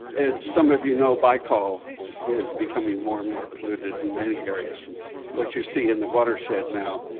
as some of you know, baikal is becoming more and more polluted in many areas and what you see in the watershed now,